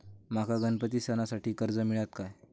माका गणपती सणासाठी कर्ज मिळत काय?